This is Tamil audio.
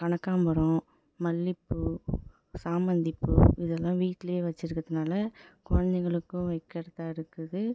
கனகாமரம் மல்லிப்பூ சாமந்தி பூ இதெல்லாம் வீட்டில் வச்சுருக்கறதுனால குழந்தைங்களுக்கும் வைக்கிறதா இருக்குது